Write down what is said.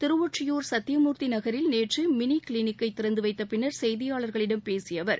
திருவொற்றியூர் சத்தியமூர்த்தி நகரில் நேற்று மினி கிளினிக்கை திறந்து வைத்த பின்னர் செய்தியாளர்களிடம் பேசிய அவர்